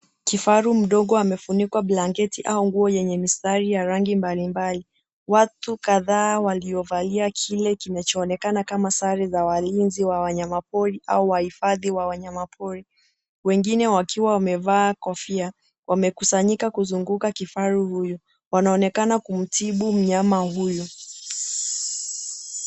Kifaru mdogo amefunikwa blanketi au nguo yenye mistari ya rangi mbalimbali. Watu kadhaa waliovalia kile kinachoonekana kama sare za walinzi wa wanyama pori au wahifadhi wa wanyama pori. Wengine wakiwa wamevaa kofia wamekusanyika kuzunguka kifaru huyu. Wanaonekana kumtibu mnyama huyu.